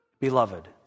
beloved